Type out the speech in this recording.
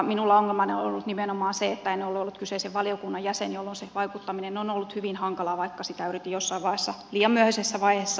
minulla ongelmana on ollut nimenomaan se että en ole ollut kyseisen valiokunnan jäsen jolloin se vaikuttaminen on ollut hyvin hankalaa vaikka sitä yritin jossain liian myöhäisessä vaiheessa tarjota